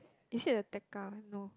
is it the Tekka one no